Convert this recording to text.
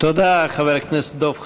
תודה, חבר הכנסת דב חנין.